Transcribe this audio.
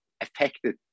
affected